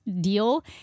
deal